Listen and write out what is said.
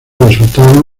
resultaron